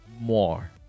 more